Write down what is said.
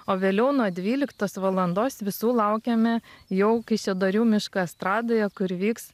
o vėliau nuo dvyliktos valandos visų laukiame jau kaišiadorių miško estradoje kur vyks